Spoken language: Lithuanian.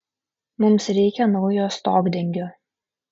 mums reikia naujo stogdengio